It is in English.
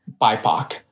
BIPOC